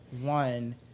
one